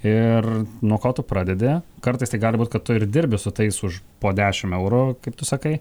ir nuo ko tu pradedi kartais tai gali būt kad tu ir dirbi su tais už po dešim eurų kaip tu sakai